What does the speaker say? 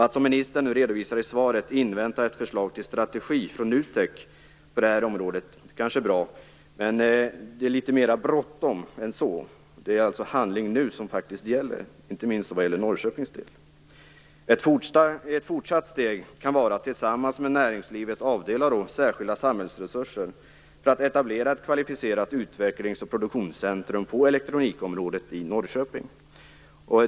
Att, som ministern redovisar i svaret, invänta ett förslag till strategi från NUTEK på detta område kanske är bra, men det är mer bråttom än så. Det är alltså handling nu som gäller, inte minst vad gäller Norrköping. Ett fortsatt steg kan vara att tillsammans med näringslivet avdela särskilda samhällsresurser för att etablera ett kvalificerat utvecklings och produktionscentrum på elektronikområdet i Norrköping.